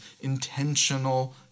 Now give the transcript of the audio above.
intentional